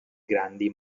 grandi